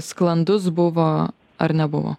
sklandus buvo ar nebuvo